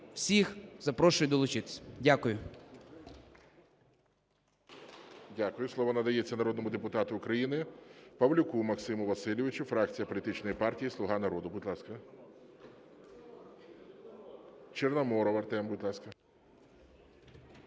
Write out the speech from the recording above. Всіх запрошую долучитися. Дякую.